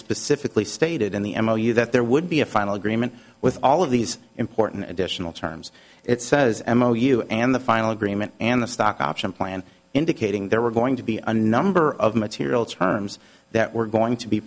specifically stated in the m o u that there would be a final agreement with all of these important additional terms it says m o u and the final agreement and the stock option plan indicating there were going to be a number of material terms that were going to be